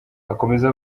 akomeza